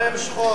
מה עם שחורי?